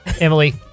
Emily